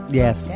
yes